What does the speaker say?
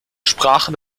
sprachen